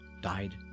died